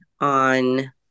On